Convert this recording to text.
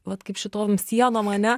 vat kaip šitom sienom ane